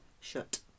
shut